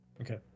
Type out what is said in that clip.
Okay